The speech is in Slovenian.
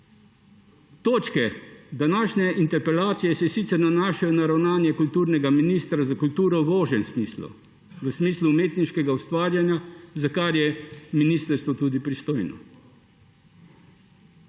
Točke današnje interpelacije se sicer nanašajo na ravnanje kulturnega ministra za kulturo v ožjem smislu, v smislu umetniškega ustvarjanja, za kar je ministrstvo tudi pristojno.